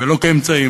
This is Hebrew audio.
ולא כאמצעים.